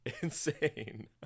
insane